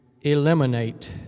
eliminate